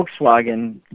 Volkswagen